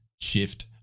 shift